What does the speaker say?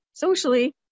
socially